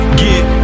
get